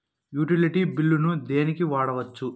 Utility బిల్లులను దేనికి వాడొచ్చు?